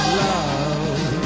love